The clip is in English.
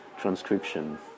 transcription